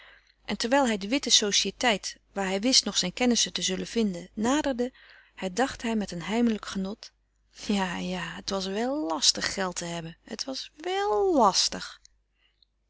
en terwijl hij de witte sociëteit waar hij wist nog zijne kennissen te zullen vinden naderde herdacht hij het met een heimelijk genot ja ja het was wel lastig geld te hebben het was wel lastig